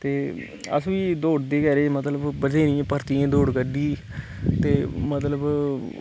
ते अस बी दौड़दे गै रेह् मतलब बतेरियै भरतियै च दौड़ कड्ढी ते मतलब